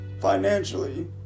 financially